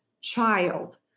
child